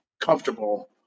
comfortable